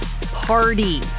party